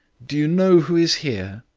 do you know who is here?